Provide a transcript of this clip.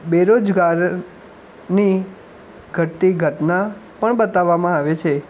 બરોજગારની ઘટતી ઘટના પણ બતાવવામાં આવે છે